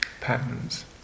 patterns